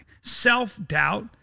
Self-doubt